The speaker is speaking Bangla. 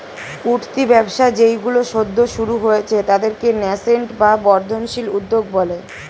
উঠতি ব্যবসা যেইগুলো সদ্য শুরু হয়েছে তাদেরকে ন্যাসেন্ট বা বর্ধনশীল উদ্যোগ বলে